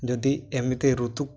ଯଦି ଏମିତି ଋତୁ